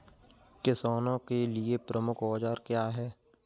किसानों के लिए प्रमुख औजार क्या हैं?